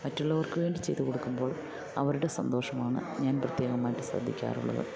മറ്റുള്ളവർക്കുവേണ്ടി ചെയ്തുകൊടുക്കുമ്പോൾ അവരുടെ സന്തോഷമാണ് ഞാൻ പ്രത്യേകമായിട്ട് ശ്രദ്ധിക്കാറുള്ളത്